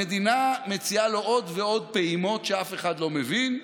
המדינה מציעה לו עוד ועוד פעימות שאף אחד לא מבין,